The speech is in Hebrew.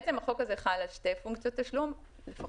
בעצם החוק הזה חל על שתי פונקציות תשלום נוספות,